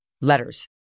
letters